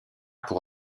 pour